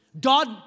God